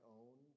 own